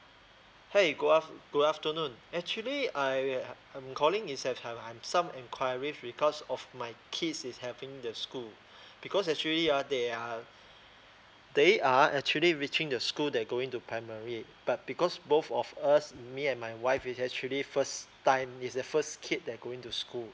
hi good aft good afternoon actually I eh I'm calling is I've have I've some enquiry with regards of my kid is having the school because actually ah they are they are actually reaching the school they're going to primary but because both of us me and my wife is actually first time is the first kid that going to school